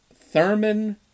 thurman